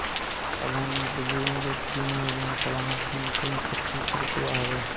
प्रधानमंत्री जीवन ज्योति बीमा योजना में सलाना प्रीमियम तीन सौ तीस रुपिया हवे